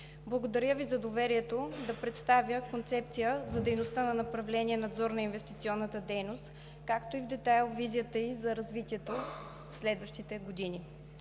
благодаря Ви за доверието да представя концепция за дейността на направление „Надзор на инвестиционната дейност“, както и в детайл визията ѝ за развитието в следващите години.